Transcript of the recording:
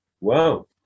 Wow